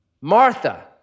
Martha